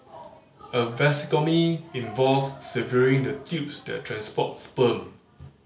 a vasectomy involves severing the tubes that transport sperm